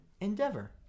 endeavor